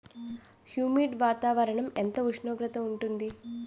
Humid వాతావరణం ఎంత ఉష్ణోగ్రత ఉంటుంది?